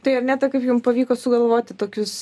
tai arneta kaip jum pavyko sugalvoti tokius